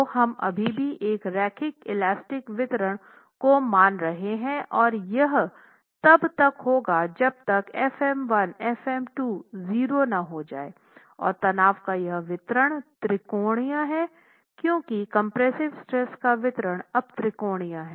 तो हम अभी भी एक रैखिक इलास्टिक वितरण को मान रहे हैं और यह तब तक होगा जब तक f m1 f m2 0 न हो जाये और तनाव का यह वितरण त्रिकोणीय है क्योंकि कंप्रेसिव स्ट्रेस का वितरण अब त्रिकोणीय है